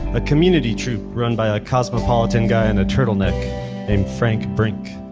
the community troupe run by a cosmopolitan guy in a turtleneck named frank brink.